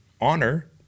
honor